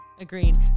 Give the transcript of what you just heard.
Agreed